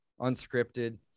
unscripted